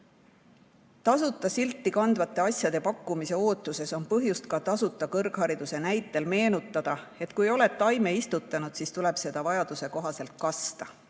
"tasuta" silti kandvate asjade pakkumise ootuses on põhjust ka tasuta kõrghariduse näitel meenutada, et kui oled taime istutanud, siis tuleb seda vajaduse kohaselt kasta.